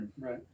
Right